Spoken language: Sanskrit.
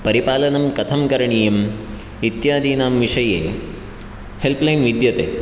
परिपालनं कथं करणीयम् इत्यादीनां विषये हेल्प्लैन् विद्यते